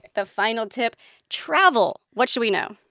the final tip travel. what should we know?